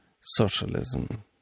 socialism